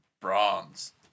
Bronze